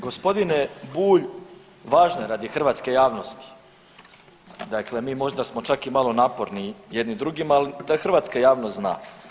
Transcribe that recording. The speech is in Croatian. Gospodine Bulj važno je radi hrvatske javnosti, dakle mi možda smo čak i malo naporni jedni drugima, ali da hrvatska javnost zna.